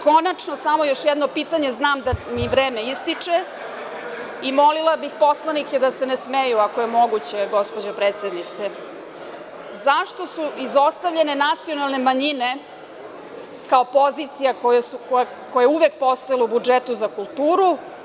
Konačno, samo još jedno pitanje, znam da mi vreme ističe i molila bih poslanike da se ne smeju, ako je moguće, zašto su izostavljene nacionalne manjine kao pozicija koja je uvek postojala u budžetu za kulturu?